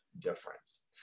difference